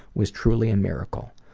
was truly a miracle.